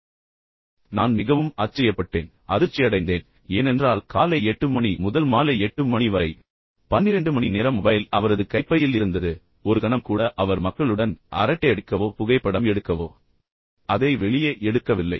இப்போது நான் மிகவும் ஆச்சரியப்பட்டேன் அதிர்ச்சியடைந்தேன் ஏனென்றால் காலை 8 மணி முதல் மாலை 8 மணி வரை 12 மணி நேரம் மொபைல் அவரது கைப்பையில் இருந்தது ஒரு கணம் கூட அவர் மக்களுடன் அரட்டையடிக்கவோ புகைப்படம் எடுக்கவோ அதை வெளியே எடுக்கவில்லை